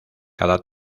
cada